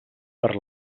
per